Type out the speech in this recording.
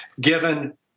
given